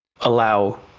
allow